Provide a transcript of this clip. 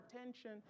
attention